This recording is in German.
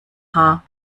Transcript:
haar